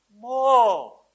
More